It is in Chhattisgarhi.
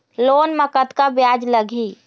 लोन म कतका ब्याज लगही?